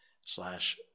slash